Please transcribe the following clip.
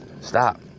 stop